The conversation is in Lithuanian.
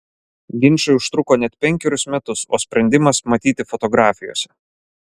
ginčai užtruko net penkerius metus o sprendimas matyti fotografijose